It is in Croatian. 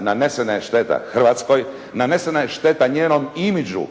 Nanesena je šteta Hrvatskoj, nanesena je šteta njenom imidžu